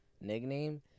Nickname